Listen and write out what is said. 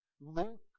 Luke